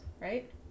right